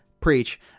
Preach